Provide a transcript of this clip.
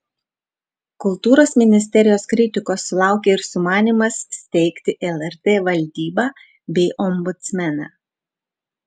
kultūros ministerijos kritikos sulaukė ir sumanymas steigti lrt valdybą bei ombudsmeną